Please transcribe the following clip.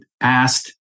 asked